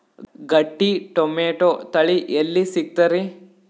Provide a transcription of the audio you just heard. ಗಟ್ಟಿ ಟೊಮೇಟೊ ತಳಿ ಎಲ್ಲಿ ಸಿಗ್ತರಿ?